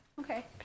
Okay